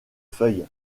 feuille